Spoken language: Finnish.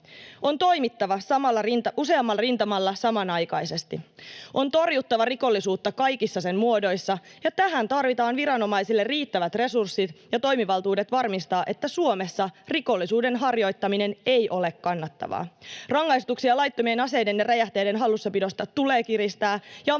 On toimittava usealla rintamalla samanaikaisesti. On torjuttava rikollisuutta kaikissa sen muodoissa, ja tähän tarvitaan viranomaisille riittävät resurssit ja toimivaltuudet varmistaa, että Suomessa rikollisuuden harjoittaminen ei ole kannattavaa. Rangaistuksia laittomien aseiden ja räjähteiden hallussapidosta tulee kiristää